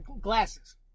glasses